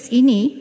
ini